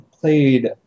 played